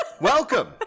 welcome